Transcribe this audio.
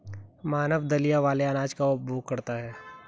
मानव दलिया वाले अनाज का उपभोग करता है